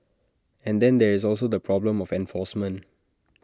and then there is also the problem of enforcement